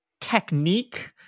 technique